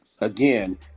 again